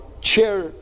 chair